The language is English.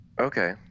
Okay